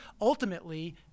Ultimately